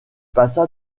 passa